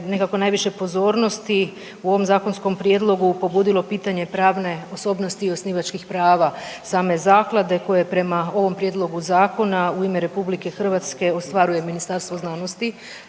najviše pozornosti u ovom zakonskom prijedlogu pobudilo pitanje pravne osobnosti i osnivačkih prava same zaklade koje prema ovom prijedlogu zakona u ime RH ostvaruje Ministarstvo znanosti,